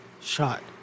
shot